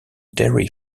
dairy